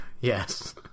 yes